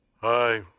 Hi